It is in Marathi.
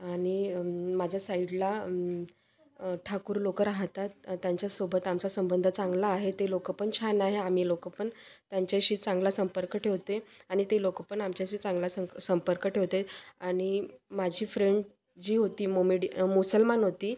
आणि माझ्या साईडला ठाकूर लोक राहतात त्यांच्यासोबत आमचा संबंध चांगला आहे ते लोक पण छान आहे आम्ही लोक पण त्यांच्याशी चांगला संपर्क ठेवतो आणि ते लोक पण आमच्याशी चांगला संक संपर्क ठेवतात आणि माझी फ्रेंड जी होती मोमेडि मुसलमान होती